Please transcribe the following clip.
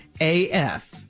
AF